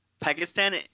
Pakistan